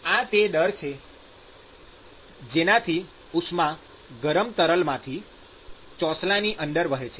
આ તે દર છે જેનાથી ઉષ્મા ગરમ તરલમાંથી ચોસલાની અંદર વહે છે